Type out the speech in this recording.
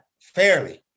fairly